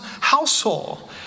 household